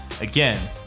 Again